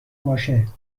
باشه